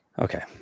Okay